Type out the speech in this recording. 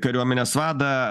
kariuomenės vadą